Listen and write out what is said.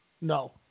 No